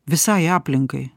visai aplinkai